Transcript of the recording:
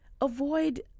Avoid